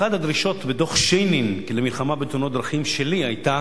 אחת הדרישות שלי בדוח-שיינין למלחמה בתאונות דרכים היתה